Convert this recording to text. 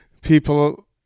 people